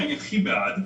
שאני הכי בעד,